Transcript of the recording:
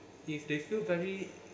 if they feel very